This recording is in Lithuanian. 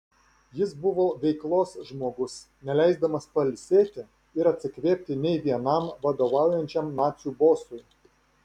jis buvo veiklos žmogus neleisdamas pailsėti ir atsikvėpti nei vienam vadovaujančiam nacių bosui